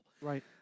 Right